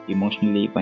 Emotionally